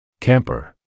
Camper